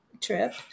trip